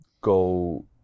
go